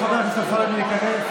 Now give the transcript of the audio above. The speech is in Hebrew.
את לא תצעקי.